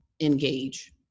engage